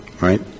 right